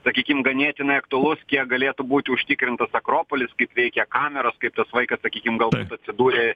sakykim ganėtinai aktualus kiek galėtų būt užtikrintas akropolis kaip veikia kameros kaip tas vaikas sakykim galbūt atsidūrė